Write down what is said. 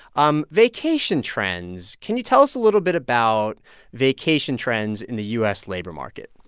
um vacation trends can you tell us a little bit about vacation trends in the u s. labor market?